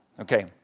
Okay